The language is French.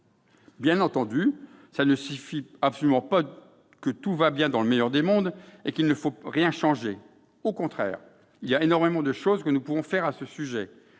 Bien entendu, cela ne signifie absolument pas que tout va pour le mieux dans le meilleur des mondes et qu'il ne faut rien changer. Au contraire, il y a énormément de choses que nous pouvons faire à ce sujet.